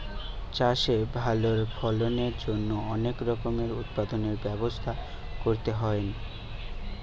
চাষে ভালো ফলনের জন্য অনেক রকমের উৎপাদনের ব্যবস্থা করতে হইন